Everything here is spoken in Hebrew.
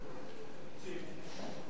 2011, נתקבל.